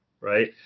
right